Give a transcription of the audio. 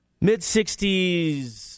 mid-60s